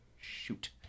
Shoot